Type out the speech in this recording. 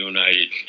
United